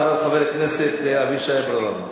אחריו, חבר הכנסת אבישי ברוורמן.